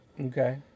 Okay